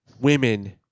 women